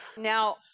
Now